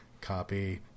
Copy